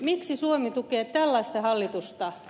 miksi suomi tukee tällaista hallitusta